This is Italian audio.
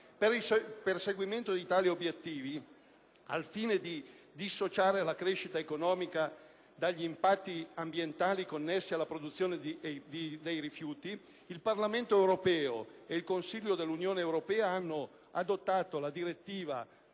Per il perseguimento di tali obiettivi, al fine di dissociare la crescita economica dagli impatti ambientali connessi alla produzione dei rifiuti, il Parlamento europeo e il Consiglio dell'Unione europea hanno adottato la direttiva